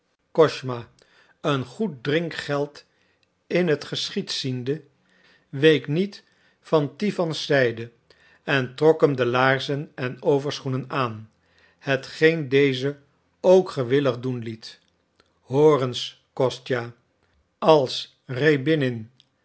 kosma een goed drinkgeld in het geschiet ziende week niet van stipans zijde en trok hem de laarzen en overschoenen aan hetgeen deze ook gewillig doen liet hoor eens kostja als rjäbinin